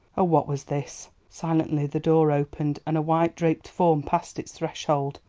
oh! what was this? silently the door opened, and a white draped form passed its threshold.